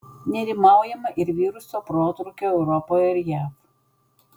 nerimaujama ir viruso protrūkio europoje ir jav